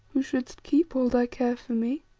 who shouldst keep all thy care for me?